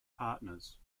partners